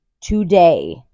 today